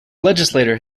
legislature